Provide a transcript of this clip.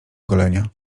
golenia